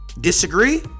Disagree